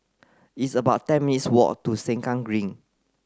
it's about ten minutes' walk to Sengkang Green